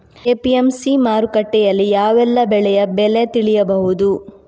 APMC ಮಾರುಕಟ್ಟೆಯಲ್ಲಿ ಯಾವೆಲ್ಲಾ ಬೆಳೆಯ ಬೆಲೆ ತಿಳಿಬಹುದು?